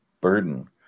burden